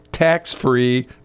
tax-free